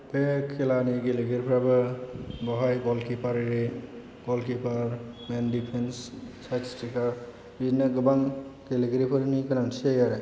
बे खेलानि गेलेगिरिफोराबो बेहाय गलकिपार आरि goalkeeper main defence side striker बिदिनो गोबां गेलेगिरिफोरनि गोनांथि जायो आरो